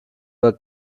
were